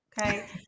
okay